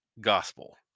gospel